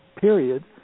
Period